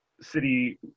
city